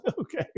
Okay